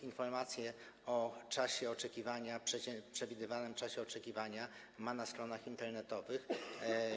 Informację o czasie oczekiwania, przewidywanym czasie oczekiwania ma na stronach internetowych.